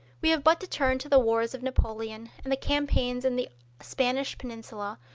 we have but to turn to the wars of napoleon and the campaigns in the spanish peninsula,